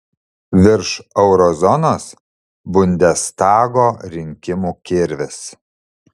virš euro zonos bundestago rinkimų kirvis